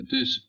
Dus